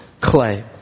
clay